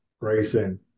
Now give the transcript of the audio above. Grayson